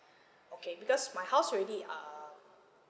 okay because my house already uh